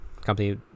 company